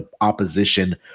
opposition